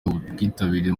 ubwitabire